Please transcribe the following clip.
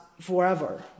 forever